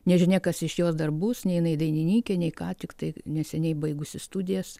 nežinia kas iš jos dar bus nei jinai dainininkė nei ką tiktai neseniai baigusi studijas